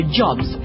jobs